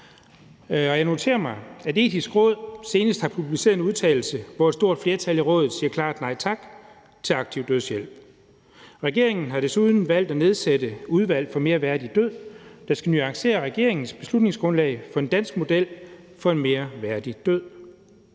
jeg noterer mig, at Det Etiske Råd senest har publiceret en udtalelse, hvor et stort flertal i rådet siger klart nej tak til aktiv dødshjælp. Regeringen har desuden valgt at nedsætte Udvalget for en mere værdig død, der skal nuancere regeringens beslutningsgrundlag for en dansk model for en mere værdig død.